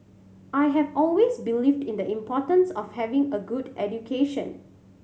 I have always believed in the importance of having a good education